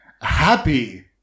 happy